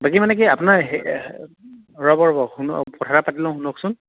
বাকী মানে কি আপোনাৰ ৰ'ব ৰ'ব শুনক কথাটো পাতি লওঁ শুনকচোন